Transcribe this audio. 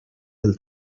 del